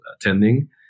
attending